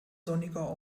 sonniger